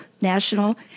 national